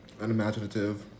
unimaginative